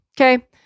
Okay